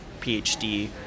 PhD